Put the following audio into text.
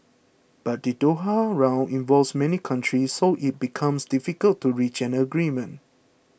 but the Doha Round involves many countries so it becomes difficult to reach an agreement